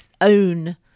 own